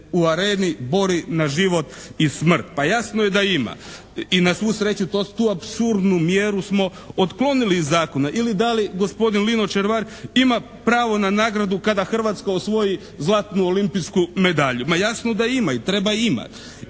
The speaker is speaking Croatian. u areni bori na život i smrt. Pa jasno je da ima. I na sreću tu apsurdnu mjeru smo otklonili iz zakona. Ili, da li gospodin Lino Červar ima pravo na nagradu kada Hrvatska osvoji zlatnu olimpijsku medalju. Ma jasno da ima, i treba imati